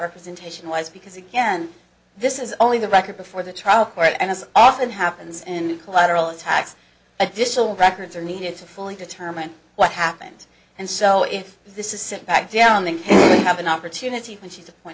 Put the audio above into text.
representation was because again this is only the record before the trial court and as often happens and collateral attacks additional records are needed to fully determine what happened and so if this is sit back down they have an opportunity when she's appoint